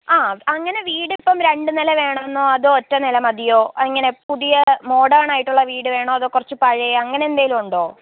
ആ അങ്ങനെ വീട് ഇപ്പം രണ്ട് നില വേണമെന്നോ അതോ ഒറ്റ നില മതിയോ അങ്ങനെ പുതിയ മോഡേണായിട്ടുള്ള വീട് വേണോ അതോ കുറച്ച് പഴയത് അങ്ങനെ എന്തെങ്കിലുമുണ്ടോ